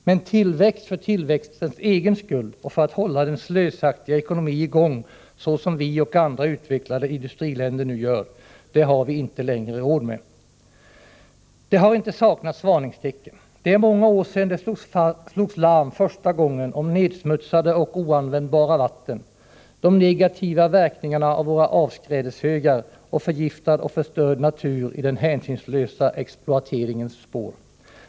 Men tillväxt för tillväxtens egen skull och för att hålla denna slösaktiga ekonomi i gång, så som Sverige och andra utvecklade industriländer nu gör, har vi inte längre råd med. Det har inte saknats varningstecken. Det är många år sedan det slogs larm första gången om nedsmutsade och oanvändbara vatten, de negativa verkningarna av våra avskrädeshögar och förgiftad och förstörd natur i den hänsynslösa exploateringens spår.